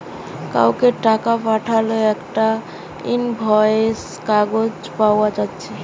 কাউকে টাকা পাঠালে একটা ইনভয়েস কাগজ পায়া যাচ্ছে